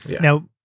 Now